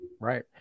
Right